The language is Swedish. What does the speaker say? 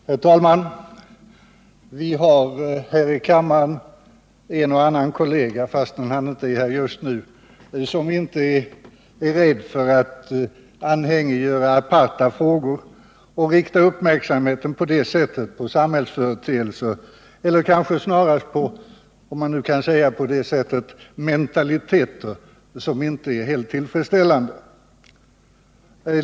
Herr talman! Vi har här i riksdagen en och annan kollega — den jag främst tänker på är tyvärr inte i kammaren just nu — som inte är rädd för att anhängiggöra aparta frågor och som på det sättet riktar uppmärksamheten på samhällsföreteelser, eller kanske snarare mentaliteter, som inte är helt tillfredsställande.